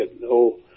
no